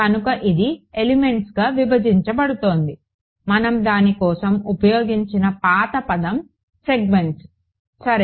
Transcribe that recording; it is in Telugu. కనుక ఇది ఎలిమెంట్స్గా విభజించబడుతోంది మనం దాని కోసం ఉపయోగించిన పాత పదం సెగ్మెంట్స్ సరే